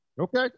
Okay